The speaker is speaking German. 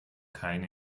kein